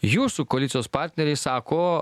jūsų koalicijos partneriai sako